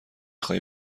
خواهی